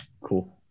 cool